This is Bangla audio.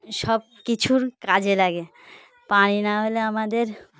সব কিছুর কাজে লাগে পানি না হলে আমাদের